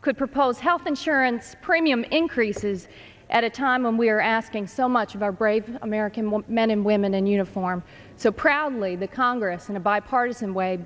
could propose health insurance premium increases at a time when we are asking so much of our brave american men and women in uniform so proudly the congress in a bipartisan way